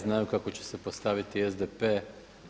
Znaju kako će se postaviti SDP-e.